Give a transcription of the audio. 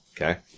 okay